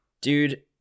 Dude